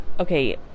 Okay